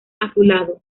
azulado